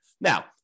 Now